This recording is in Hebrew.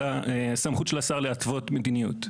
הסמכות של השר להתוות מדיניות.